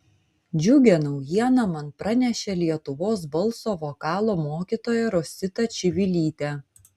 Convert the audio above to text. džiugią naujieną man pranešė lietuvos balso vokalo mokytoja rosita čivilytė